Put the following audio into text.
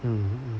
hmm